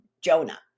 Jonah